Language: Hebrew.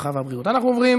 הרווחה והבריאות נתקבלה.